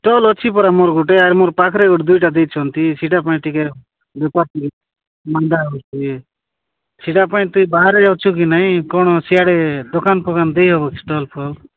stall ଅଛି ପରା ମୋର ଗୋଟେ ଆର୍ ମୋର୍ ପାଖରେ ଗୋଟେ ଦୁଇଟା ଦେଇଛନ୍ତି ସେଇଟା ପାଇଁ ଟିକେ ବେପାର ମନ୍ଦା ହଉଛି ସେଇଟା ପାଇଁ ତୁ ବାହାରେ ଅଛୁ କି ନାହିଁ କ'ଣ ସିଆଡ଼େ ଦୋକାନ ଫୋକାନ ଦେଇ ହବ ଷ୍ଟଲ୍ ଫଲ୍